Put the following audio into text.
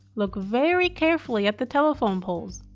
look very carefully at the telephone poles.